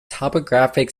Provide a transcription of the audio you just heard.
topographic